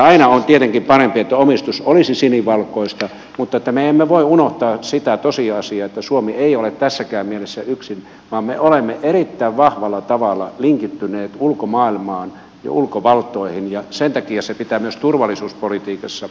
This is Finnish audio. aina on tietenkin parempi että omistus olisi sinivalkoista mutta me emme voi unohtaa sitä tosiasiaa että suomi ei ole tässäkään mielessä yksin vaan me olemme erittäin vahvalla tavalla linkittyneet ulkomaailmaan ja ulkovaltoihin ja sen takia se pitää myös turvallisuuspolitiikassa